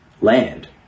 land